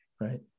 Right